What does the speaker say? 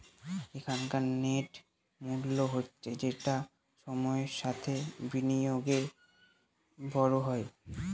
এখনকার নেট মূল্য হচ্ছে যেটা সময়ের সাথে বিনিয়োগে বড় হয়